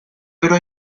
pero